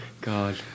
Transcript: God